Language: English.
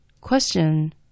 Question